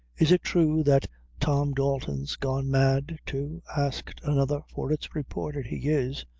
is it thrue that tom dalton's gone mad, too? asked another for it's reported he is.